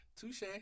touche